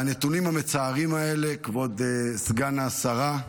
והנתונים המצערים האלה, כבוד סגן השרה,